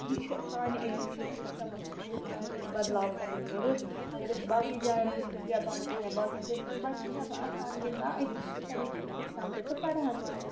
یہِ چھُ سانہِ ایجوکیشَن سِسٹَمَس منٛز ہِندُستانَس منٛز بدلاو کرنٕچ ضروٗرت اَگر أسۍ باقی جاین وٕچھو جاپانس منٛز یا باقین جاین تِم بَچہِ چھِ آسان اَسان گِندان أتی چھِ تَمی سۭتۍ ہیٚچھان تہِ تہٕ پَران تہِ